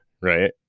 Right